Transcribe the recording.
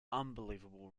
unbelievable